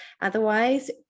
Otherwise